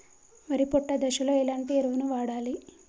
వరి పొట్ట దశలో ఎలాంటి ఎరువును వాడాలి?